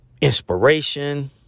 inspiration